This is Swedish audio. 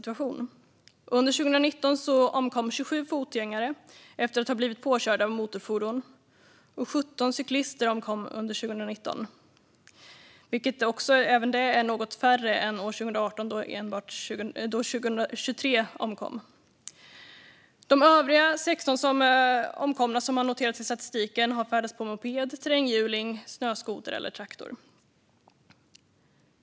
Under 2019 omkom 27 fotgängare efter att ha blivit påkörda av motorfordon. Samma år omkom 17 cyklister, vilket är färre än 2018 då 23 omkom. De övriga omkomna färdades på moped, terränghjuling, snöskoter eller traktor. Fru talman!